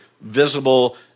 visible